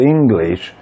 English